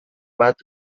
bat